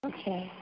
Okay